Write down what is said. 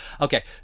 Okay